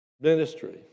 ministry